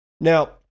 Now